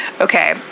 Okay